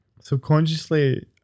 subconsciously